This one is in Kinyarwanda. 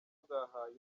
bwahaye